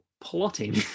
plotting